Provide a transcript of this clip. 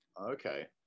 Okay